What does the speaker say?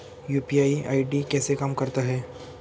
UPI ID कैसे काम करता है?